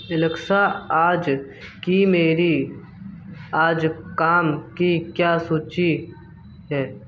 Alexa आज की मेरी आज काम की क्या सूची है